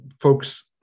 folks